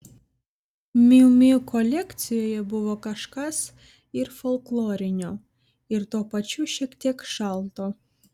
miu miu kolekcijoje buvo kažkas ir folklorinio ir tuo pačiu šiek tiek šalto